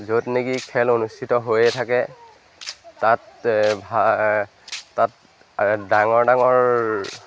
য'ত নেকি খেল অনুষ্ঠিত হৈয়ে থাকে তাত তাত ডাঙৰ ডাঙৰ